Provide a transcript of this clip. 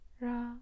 ra